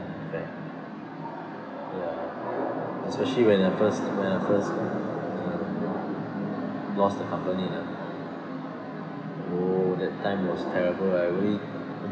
back ya especially when I first when I first uh lost the company then oo that time was terrible I really al~